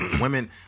Women